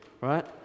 right